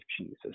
Jesus